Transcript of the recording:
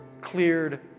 cleared